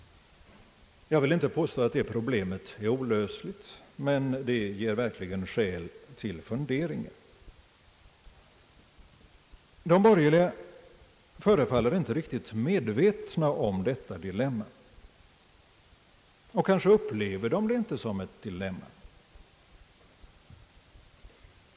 Jag vill inte påstå att det problemet är olösligt, men det ger verkligen anledning till funderingar. De borgerliga förefaller inte riktigt medvetna om detta dilemma — och kanske upplever man det inte som ett dilemma.